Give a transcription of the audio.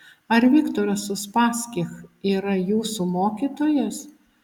ar viktoras uspaskich yra jūsų mokytojas